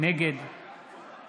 נגד